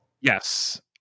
yes